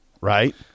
right